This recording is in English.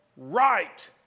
right